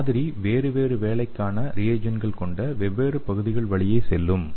மாதிரி வேறு வேறு வேலைக்கான ரியேஜண்ட்கள் கொண்ட வெவ்வேறு பகுதிகள் வழியே செல்லும்